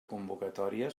convocatòria